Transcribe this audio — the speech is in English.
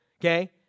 okay